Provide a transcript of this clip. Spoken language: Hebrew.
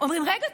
אומרים: רגע,